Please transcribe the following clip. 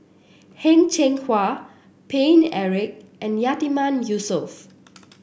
Heng Cheng Hwa Paine Eric and Yatiman Yusof